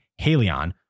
Halion